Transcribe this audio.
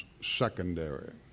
secondary